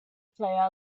player